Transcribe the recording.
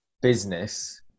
business